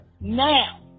Now